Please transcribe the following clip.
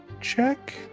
check